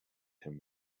him